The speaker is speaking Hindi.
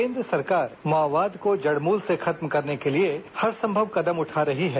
केंद्र सरकार माओवाद को जड़ मूल से खत्म करने के लिए हरसंभव कदम उठा रही है